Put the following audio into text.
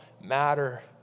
matter